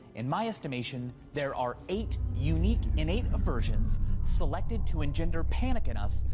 in my estimation, there are eight unique innate aversions selected to engender panic in us,